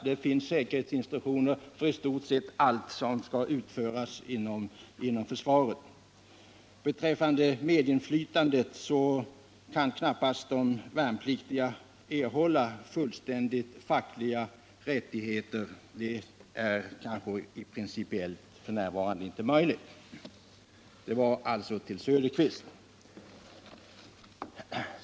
Det finns säkerhetsinstruktioner för i stort sett allt som skall utföras inom försvaret. När det gäller medinflytandet kan knappast de värnpliktiga erhålla fullständiga fackliga rättigheter — principiellt är det f. n. inte möjligt. Detta vill jag alltså ha sagt till Oswald Söderqvist.